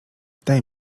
daj